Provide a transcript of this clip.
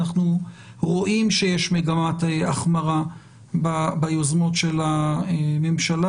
אנחנו רואים שיש מגמת החמרה ביוזמות של הממשלה